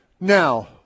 Now